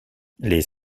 les